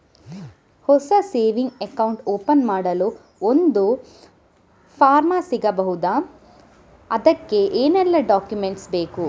ಹೊಸ saving account open ಮಾಡಲು ಒಂದು ಫಾರ್ಮ್ ಸಿಗಬಹುದು? ಅದಕ್ಕೆ ಏನೆಲ್ಲಾ ಡಾಕ್ಯುಮೆಂಟ್ಸ್ ಬೇಕು?